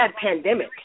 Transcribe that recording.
pandemic